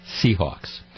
Seahawks